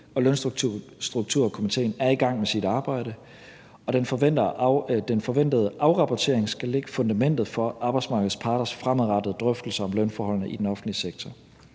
og Lønstrukturkomitéen er i gang med sit arbejde, og den forventede afrapportering skal lægge fundamentet for arbejdsmarkedets parters fremadrettede drøftelser om lønforholdene i den offentlige sektor.